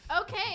Okay